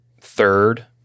third